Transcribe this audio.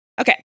Okay